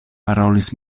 parolis